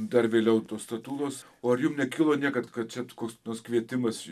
dar vėliau tos statulos o ar jum nekilo niekad kad bet koks tas kvietimas